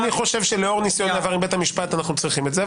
לאור ניסיון העבר עם בית המשפט אנו צריכים את זה.